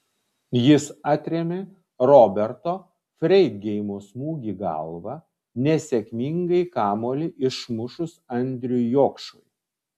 jis atrėmė roberto freidgeimo smūgį galva nesėkmingai kamuolį išmušus andriui jokšui